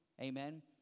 amen